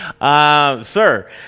Sir